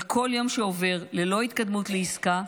כל יום שעובר ללא התקדמות לעסקה,